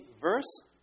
verse